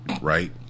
right